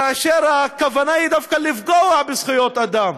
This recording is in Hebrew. כאשר הכוונה היא דווקא לפגוע בזכויות אדם,